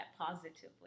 positively